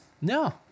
No